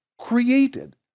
created